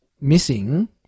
missing